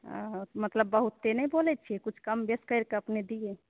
ओ मतलब बहुते नहि बोलै छियै किछु कम बेसि कैरि कऽ अपने दियै